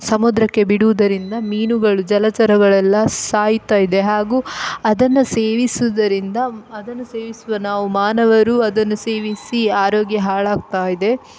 ಸಮುದ್ರಕ್ಕೆ ಬಿಡುವುದರಿಂದ ಮೀನುಗಳು ಜಲಚರಗಳೆಲ್ಲ ಸಾಯ್ತಾಯಿವೆ ಹಾಗೂ ಅದನ್ನು ಸೇವಿಸುವುದರಿಂದ ಅದನ್ನು ಸೇವಿಸುವ ನಾವು ಮಾನವರು ಅದನ್ನು ಸೇವಿಸಿ ಆರೋಗ್ಯ ಹಾಳಾಗ್ತಾಯಿದೆ